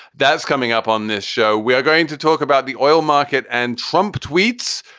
that's coming up on this show. we are going to talk about the oil market and trump tweets.